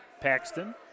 Paxton